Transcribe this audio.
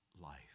life